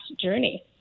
journey